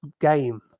game